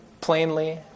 plainly